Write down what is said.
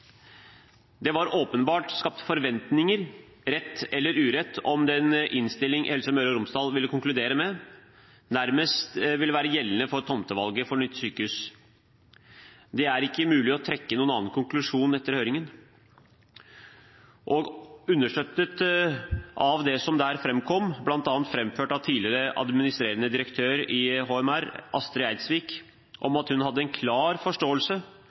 Det var åpenbart skapt forventninger – rett eller urett – om at den innstillingen Helse Møre og Romsdal ville konkludere med, nærmest ville være gjeldende for tomtevalget for nytt sykehus. Det er ikke mulig å trekke noen annen konklusjon etter høringen, og det er understøttet av det som der framkom, bl.a. framført av tidligere administrerende direktør i HMR Astrid Eidsvik om at hun hadde en klar forståelse